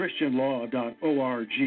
Christianlaw.org